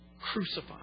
crucified